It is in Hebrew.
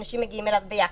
אנשים מגיעים אליו ביחד,